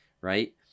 Right